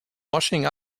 washing